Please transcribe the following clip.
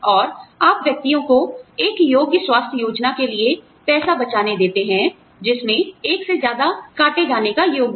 और आप व्यक्तियों को एक योग्य स्वास्थ्य योजना के लिए पैसा बचाने देते हैं जिसमें एक से ज्यादा काटे जाने योग्य है